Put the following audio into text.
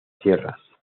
sierras